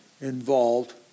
involved